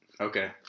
Okay